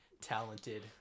talented